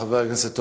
חבר הכנסת אורן,